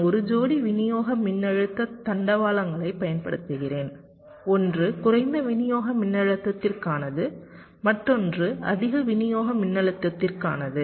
நான் ஒரு ஜோடி விநியோக மின்னழுத்த தண்டவாளங்களைப் பயன்படுத்துகிறேன் ஒன்று குறைந்த விநியோக மின்னழுத்தத்திற்கானது மற்றொன்று அதிக விநியோக மின்னழுத்தத்திற்கானது